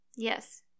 yes